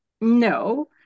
no